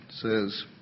says